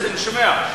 אני שומע.